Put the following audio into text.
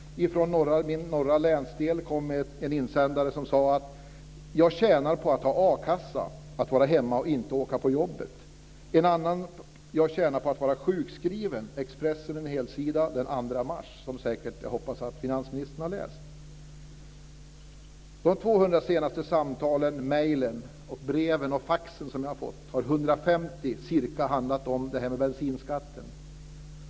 Det fanns en insändare från min norra länsdel där man påstod att man tjänade på att ha a-kassa, att vara hemma och inte åka till jobbet. På en helsida i Expressen den 2 mars stod det om en person som säger att han "tjänar på att vara sjukskriven". Jag hoppas att finansministern har läst det. Av de 200 senaste samtalen, mejlen, breven och faxen som jag har fått har ca 150 handlat om bensinskatten.